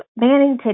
Mannington